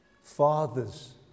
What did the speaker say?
Fathers